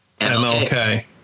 mlk